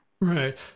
Right